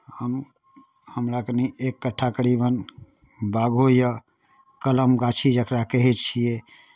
हम हमरा कनि एक कठ्ठा करीबन बागो यए कलम गाछी जकरा कहै छियै